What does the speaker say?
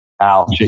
Al